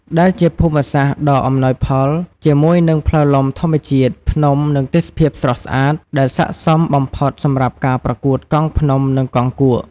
ដែលជាភូមិសាស្ត្រដ៏អំណោយផលជាមួយនឹងផ្លូវលំធម្មជាតិ ភ្នំ និងទេសភាពស្រស់ស្អាត ដែលស័ក្តិសមបំផុតសម្រាប់ការប្រកួតកង់ភ្នំ និងកង់គួក។